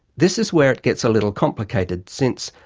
this is where it gets a little complicated, since,